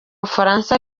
bufaransa